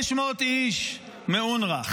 500 איש מאונר"א,